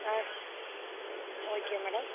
ஆ ஸ் okay madam